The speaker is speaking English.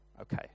okay